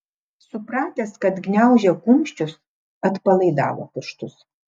supratęs kad gniaužia kumščius atpalaidavo pirštus